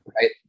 Right